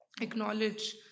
acknowledge